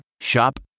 Shop